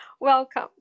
Welcome